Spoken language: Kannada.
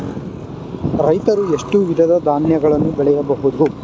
ರೈತರು ಎಷ್ಟು ವಿಧದ ಧಾನ್ಯಗಳನ್ನು ಬೆಳೆಯಬಹುದು?